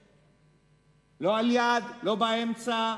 לא על יד, לא באמצע.